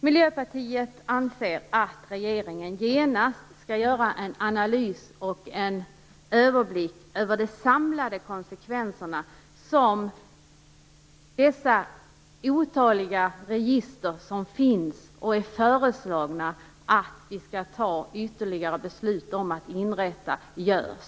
Miljöpartiet anser att regeringen genast bör göra en analys och skaffa en överblick över de samlade konsekvenserna av de otaliga register som finns och som föreslås inrättas genom ytterligare beslut.